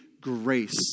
grace